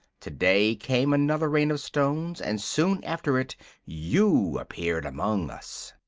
today came another rain of stones, and soon after it you appeared among us.